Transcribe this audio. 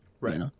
Right